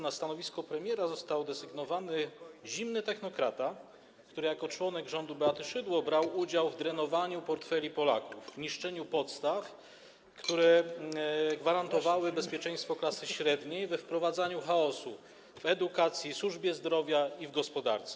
Na stanowisko premiera został desygnowany zimny technokrata, który jako członek rządu Beaty Szydło brał udział w drenowaniu portfeli Polaków, niszczeniu podstaw, które gwarantowały bezpieczeństwo klasy średniej, we wprowadzaniu chaosu w edukacji, w służbie zdrowia i w gospodarce.